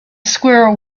squirrel